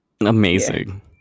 amazing